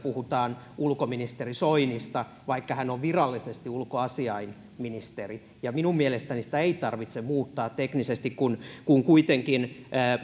ulkoministeri soinista vaikka hän on virallisesti ulkoasiainministeri minun mielestäni sitä ei tarvitse muuttaa teknisesti kun kun kuitenkin